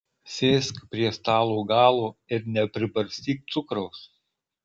sėsk prie stalo galo ir nepribarstyk cukraus